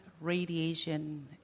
radiation